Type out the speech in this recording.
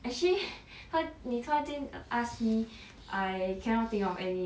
actually 突然你突然间 ask me I cannot think of any